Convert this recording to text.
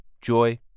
joy